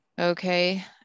Okay